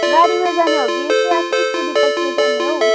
गाडीमा जाने हो कि यस्तै आफ्नौ स्कुटी बाइकतिर जाने हौ